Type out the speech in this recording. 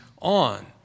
on